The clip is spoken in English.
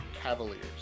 Cavaliers